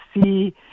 see